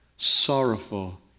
Sorrowful